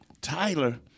Tyler